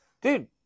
dude